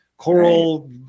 coral